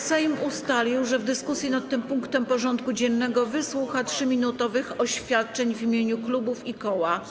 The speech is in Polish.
Sejm ustalił, że w dyskusji nad tym punktem porządku dziennego wysłucha 3-minutowych oświadczeń w imieniu klubów i koła.